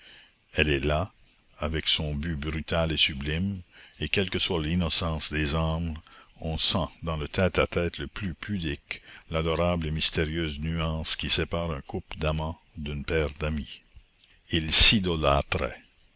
elle est là avec son but brutal et sublime et quelle que soit l'innocence des âmes on sent dans le tête-à-tête le plus pudique l'adorable et mystérieuse nuance qui sépare un couple d'amants d'une paire d'amis